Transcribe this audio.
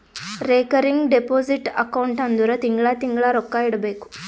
recurring deposit account ಅಂದುರ್ ತಿಂಗಳಾ ತಿಂಗಳಾ ರೊಕ್ಕಾ ಇಡಬೇಕು